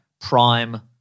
Prime